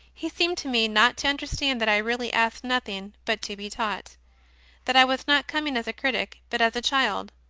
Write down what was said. he seemed to me not to understand that i really asked nothing but to be taught that i was not coming as a critic, but as a child.